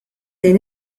lejn